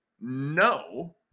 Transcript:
No